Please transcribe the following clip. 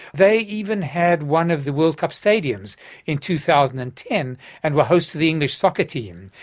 they even had one of the world cup stadiums in two thousand and ten and were hosts to the english soccer team.